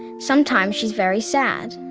sometimes she is very sad.